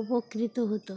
উপকৃত হতো